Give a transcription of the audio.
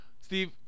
Steve